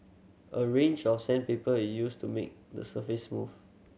a range of sandpaper is used to make the surface smooth